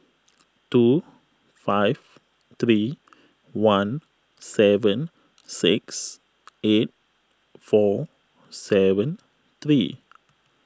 two five three one seven six eight four seven three